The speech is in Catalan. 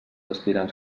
aspirants